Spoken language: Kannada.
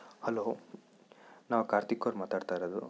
ಹಲೋ ನಾವು ಕಾರ್ತಿಕ್ ಅವ್ರು ಮಾತಾಡ್ತಾಯಿರೋದು